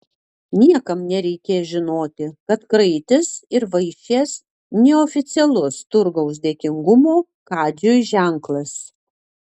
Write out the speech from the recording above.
niekam nereikės žinoti kad kraitis ir vaišės neoficialus turgaus dėkingumo kadžiui ženklas